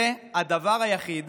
זה הדבר היחיד